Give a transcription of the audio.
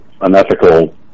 unethical